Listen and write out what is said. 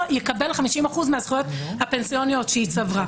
יקבל 50% מהזכויות הפנסיוניות שהיא צברה.